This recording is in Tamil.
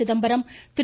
சிதம்பரம் திரு